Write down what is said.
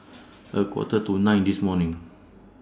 A Quarter to nine This morning